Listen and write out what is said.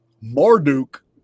Marduk